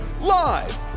live